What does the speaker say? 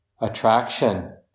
attraction